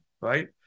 right